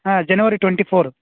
ಹಾಂ ಜನವರಿ twenty four